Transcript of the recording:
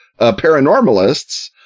paranormalists